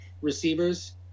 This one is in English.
receivers